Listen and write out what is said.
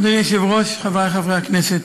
אדוני היושב-ראש, חברי חברי הכנסת,